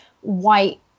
white